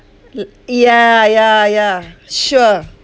yeah yeah yeah sure